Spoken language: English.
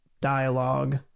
dialogue